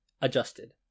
adjusted